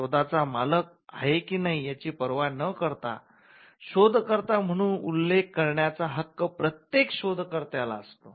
शोधाचा मालक आहे की नाही याची पर्वा न करता शोधकर्ता म्हणून उल्लेख करण्याचा हक्क प्रत्येक शोध कर्त्याला असतो